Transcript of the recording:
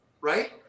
right